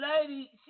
lady